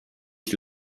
ich